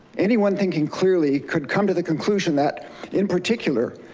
anyone thinking clearly could come to the conclusion that in particular,